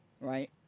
right